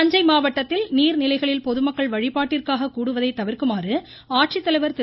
தஞ்சை மாவட்டத்தில் நீர்நிலைகளில் பொதுமக்கள் வழிபாட்டிற்காக கூடுவதை தவிர்க்குமாறு ஆட்சித்தலைவர் திரு